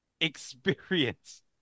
experience